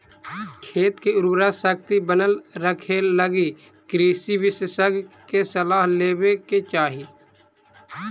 खेत के उर्वराशक्ति बनल रखेलगी कृषि विशेषज्ञ के सलाह लेवे के चाही